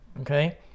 Okay